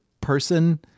person